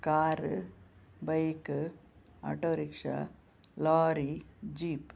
car bike auto rickshaw lorry jeep